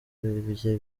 ibye